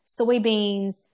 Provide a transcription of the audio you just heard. soybeans